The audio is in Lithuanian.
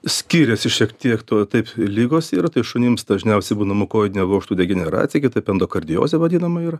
skiriasi šiek tiek to taip ligos ir šunims dažniausia būna mukoidinio vožto degeneracija kitaip endokardiozė vadinama ir